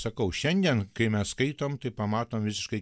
sakau šiandien kai mes skaitom tai pamatom visiškai